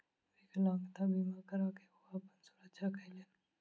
विकलांगता बीमा करा के ओ अपन सुरक्षा केलैन